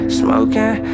smoking